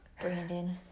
brandon